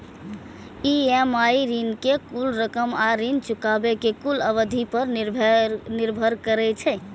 EMI ऋण के कुल रकम आ ऋण चुकाबै के कुल अवधि पर निर्भर करै छै